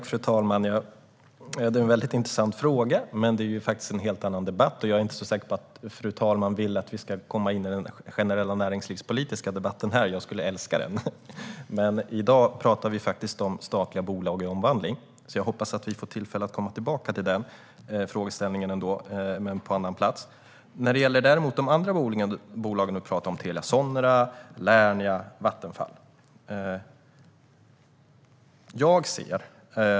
Fru talman! Det är en mycket intressant fråga, men det är faktiskt en helt annan debatt. Jag är inte så säker på att fru talmannen vill att vi ska gå in på en generell näringslivspolitisk debatt här. Jag skulle älska den! Men i dag talar vi om statliga bolag i omvandling. Jag hoppas att vi får tillfälle att komma tillbaka till frågan, men på annan plats. Said Abdu pratade om Telia Sonera, Lernia och Vattenfall.